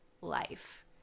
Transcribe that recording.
life